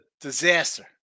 disaster